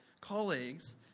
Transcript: colleagues